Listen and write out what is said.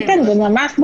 איתן, זה ממש ברור.